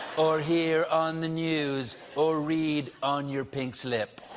or hear on the news, or read on your pink slip.